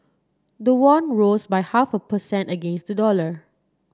the won rose by half a percent against the dollar